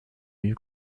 mieux